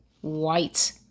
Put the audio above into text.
white